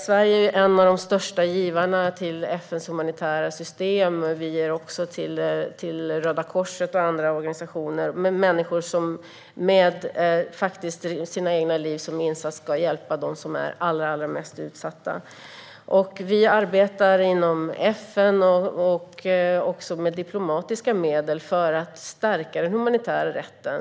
Sverige är en av de största givarna till FN:s humanitära system. Vi ger också till Röda Korset och andra organisationer, där människor med sina egna liv som insats ger till dem som är allra mest utsatta. Vi arbetar inom FN och också med diplomatiska medel för att stärka den humanitära rätten.